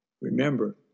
Remember